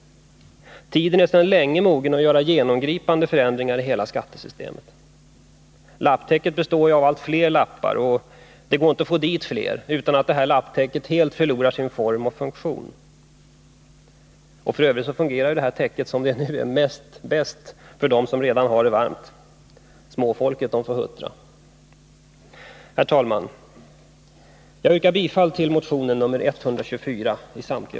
Tiden är sedan länge mogen att göra genomgripande förändringar i hela skattesystemet. Lapptäcket består ju av allt fler lappar, och det går inte att få dit flera utan att lapptäcket helt förlorar sin form och funktion. Och f. ö. fungerar täcket bäst för den som redan har det varmt. Småfolket får huttra. Herr talman! Jag yrkar bifall till samtliga yrkanden i motion 124.